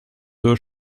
deux